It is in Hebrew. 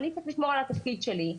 אני קודם כל צריך לשמור על התפקיד שלי,